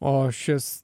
o šis